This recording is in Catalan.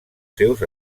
seus